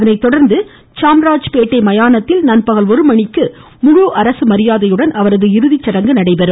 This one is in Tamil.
அதனை தொடர்ந்து சாம்ராஜ்பேட்டை மயானத்தில் நண்பகல் ஒரு மணிக்கு முழு அரசு மரியாதையுடன் அவரது இறுதிச்சடங்கு நடைபெறும்